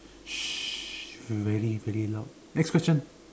shh you very very loud next question